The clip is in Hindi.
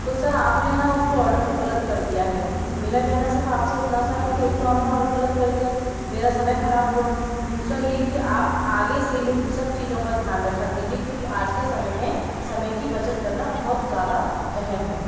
तो सर आपने ना उसको ऑडर को ग़लत कर दिया है मेरा कहना सिर्फ़ आप से इतना सा है एक तो आपने ऑडर ग़लत कर दिया मेरा समय ख़राब हुआ दूसरा ये है कि आप आगे से इन सब चीज़ों का ध्यान रखा कीजिए क्योंकि आज के समय में समय की बचत की करना बहुत ज़्यादा अहम है